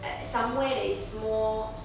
at somewhere that is more